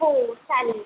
हो चालेल